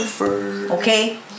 Okay